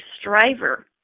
striver